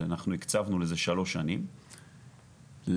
שהקצבנו לזה שלוש שנים,